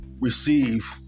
receive